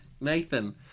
Nathan